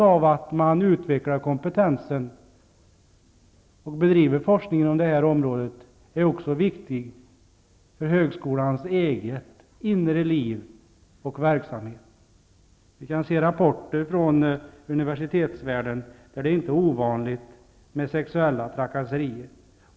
Att man utvecklar kompetensen, bedriver forskning inom detta område, är också viktigt för högskolans eget inre liv och för dess verksamhet. Vi kan av rapporter från universitetsvärlden se att det inte är ovanligt med sexuella trakasserier.